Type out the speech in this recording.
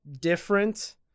different